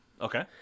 Okay